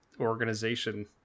organization